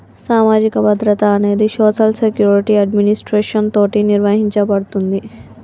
సామాజిక భద్రత అనేది సోషల్ సెక్యురిటి అడ్మినిస్ట్రేషన్ తోటి నిర్వహించబడుతుంది